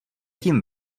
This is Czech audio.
tím